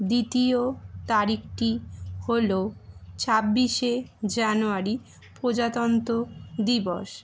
দ্বিতীয় তারিখটি হল ছাব্বিশে জানুয়ারি প্রজাতন্ত্র দিবস